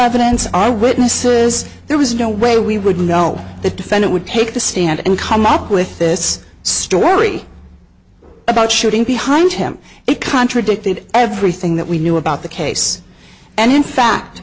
evidence our witnesses there was no way we would know the defendant would take the stand and come up with this story about shooting behind him it contradicted everything that we knew about the case and in fact